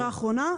אחרונה.